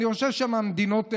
אני חושב שהמדינות האלה,